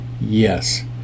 yes